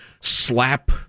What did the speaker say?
slap